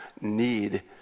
need